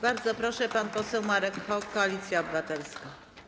Bardzo proszę, pan poseł Marek Hok, Koalicja Obywatelska.